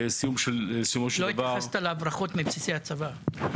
לסיומו של דבר --- לא התייחס להברחות מבסיסי הצבא.